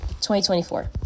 2024